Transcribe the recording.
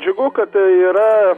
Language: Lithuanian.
džiugu kad tai yra